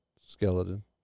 skeleton